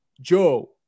Joe